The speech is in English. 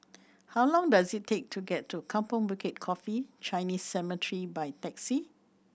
how long does it take to get to Kampong Bukit Coffee Chinese Cemetery by taxi